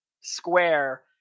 square